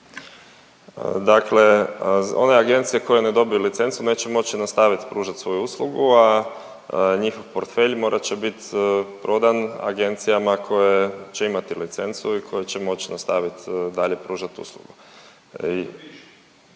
Dakle one agencije koje ne dobiju licencu, neće moći nastaviti pružati svoju uslugu, a njihov portfelj morat će biti prodan agencijama koje će imati licencu i koje će moći nastaviti dalje pružati uslugu.